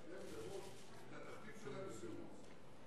קבל מראש את התכתיב שלהם בסיום המשא-ומתן,